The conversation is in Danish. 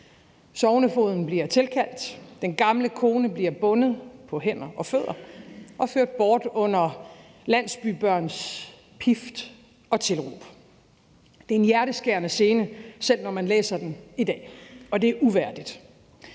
Sognefogeden bliver tilkaldt, og den gamle kone bliver bundet på hænder og fødder og ført bort under landsbybørns pift og tilråb. Det er en hjerteskærende scene, selv når man læser den i dag, og det er uværdigt.